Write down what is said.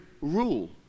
rule